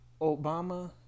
Obama